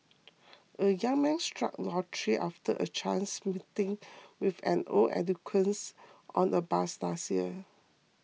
a young man struck lottery after a chance meeting with an old acquaintance on a bus last year